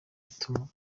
ituma